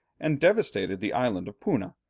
and devastated the island of puna,